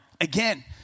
again